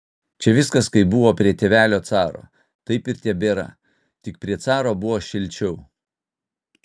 čia viskas kaip buvo prie tėvelio caro taip ir tebėra tik prie caro buvo šilčiau